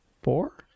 Four